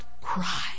cry